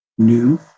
New